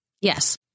Yes